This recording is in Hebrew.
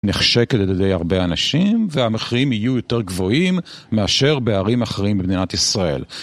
נחשקת על ידי הרבה אנשים, והמחירים יהיו יותר גבוהים מאשר בערים אחרים במדינת ישראל.